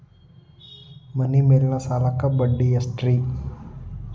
ಮನಿ ಮೇಲಿನ ಸಾಲಕ್ಕ ಬಡ್ಡಿ ಎಷ್ಟ್ರಿ?